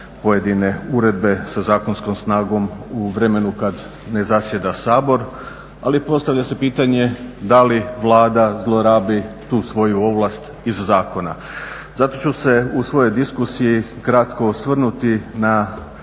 pojedine uredbe sa zakonskom snagom u vremenu kad ne zasjeda Sabor ali postavlja se pitanje da li Vlada zlorabi tu svoju ovlast iz zakona, zato ću se u svojoj diskusiji kratko osvrnuti na